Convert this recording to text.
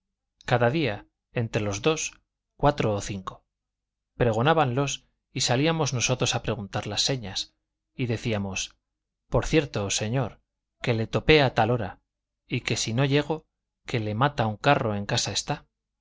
cada día entre los dos cuatro o cinco pregonábanlos y salíamos nosotros a preguntar las señas y decíamos por cierto señor que le topé a tal hora y que si no llego que le mata un carro en casa está